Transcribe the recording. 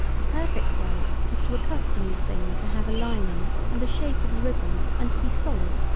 the perfect way is to accustom the thing to have a lining and the shape of a ribbon and to be solid,